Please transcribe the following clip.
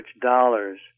dollars